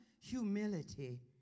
humility